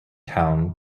town